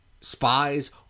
spies